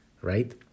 right